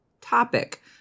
topic